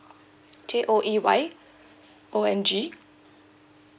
J O E Y O N G